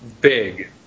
big